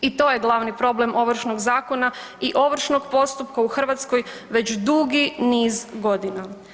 I to je glavni problem Ovršnog zakona i ovršnog postupka u Hrvatskoj već dugi niz godina.